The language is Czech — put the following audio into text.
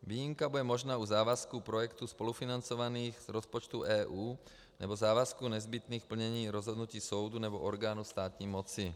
Výjimka bude možná u závazku projektů spolufinancovaných z rozpočtů EU nebo závazků nezbytných plnění rozhodnutí soudu nebo orgánů státní moci.